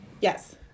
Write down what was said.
Yes